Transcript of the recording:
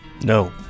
No